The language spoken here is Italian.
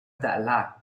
dalla